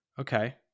Okay